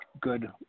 good